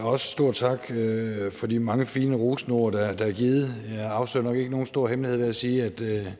Også en stor tak for de mange fine og rosende ord, der er givet. Jeg afslører nok ikke nogen stor hemmelighed ved at sige, at det